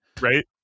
right